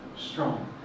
Strong